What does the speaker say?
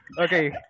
Okay